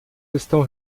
estão